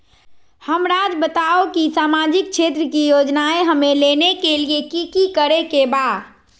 हमराज़ बताओ कि सामाजिक क्षेत्र की योजनाएं हमें लेने के लिए कि कि करे के बा?